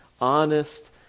honest